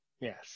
Yes